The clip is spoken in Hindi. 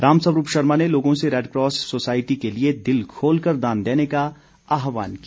राम स्वरूप शर्मा ने लोगों से रेडक्रॉस सोसायटी के लिए दिल खोलकर दान देने का आहवान किया